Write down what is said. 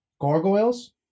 Gargoyles